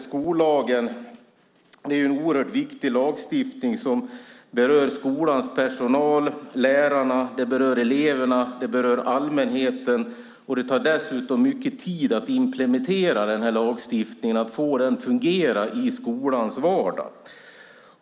Skollagen är ändå en oerhört viktig lagstiftning som berör skolans personal, lärarna. Även eleverna och allmänheten berörs. Dessutom tar det mycket tid att implementera den här lagstiftningen, att få den att fungera i skolans vardag.